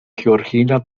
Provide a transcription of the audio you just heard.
georgina